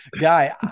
guy